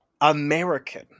american